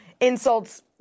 insults